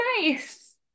nice